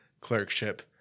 Clerkship